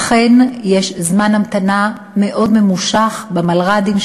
אכן יש זמן המתנה מאוד ממושך במלר"דים,